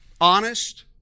honest